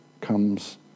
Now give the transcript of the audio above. comes